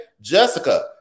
Jessica